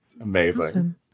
amazing